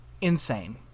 insane